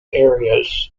areas